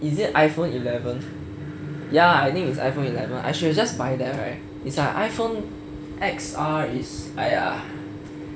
is it iphone eleven ya I think it's iphone eleven I should just buy that right is like iphone X_R is !aiya!